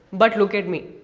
but look at me.